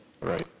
Right